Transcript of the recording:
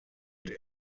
mit